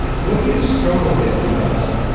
what do you struggle with the most?